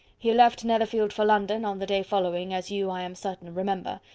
he left netherfield for london, on the day following, as you, i am certain, remember,